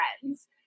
friends